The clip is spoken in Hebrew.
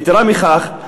יתרה מכך,